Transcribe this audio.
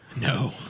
No